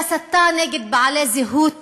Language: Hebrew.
היא הסתה נגד בעלי זהות